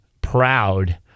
proud